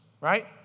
right